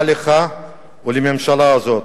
מה לך ולממשלה הזאת?